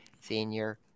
senior